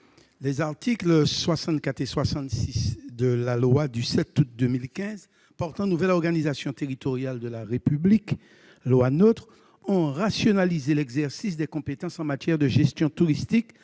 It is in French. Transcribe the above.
Les articles 64 et 66 de la loi du 7 août 2015 portant nouvelle organisation territoriale de la République, dite « loi NOTRe », ont rationalisé l'exercice des compétences en matière de gestion touristique,